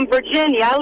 Virginia